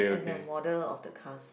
and the model of the cars